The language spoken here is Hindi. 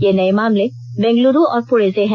ये नए मामले बंगलुरू और पुणे से हैं